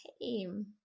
team